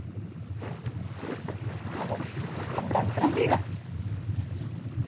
hello ᱟᱢ ᱰᱮᱱᱥᱟᱨᱮᱢ ᱞᱟᱹᱭᱫᱟ